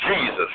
Jesus